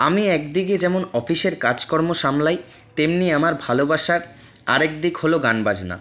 আমি একদিকে যেমন অফিসের কাজকর্ম সামলাই তেমনি আমার ভালোবাসার আরেকদিক হল গান বাজনা